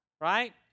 Right